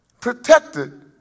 Protected